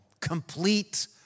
complete